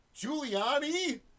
giuliani